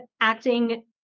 acting